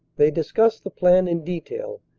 they discussed the plan in detail,